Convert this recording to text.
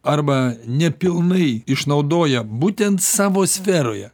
arba nepilnai išnaudoja būtent savo sferoje